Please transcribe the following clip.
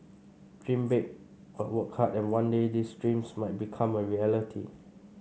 dream big but work hard and one day these dreams might become a reality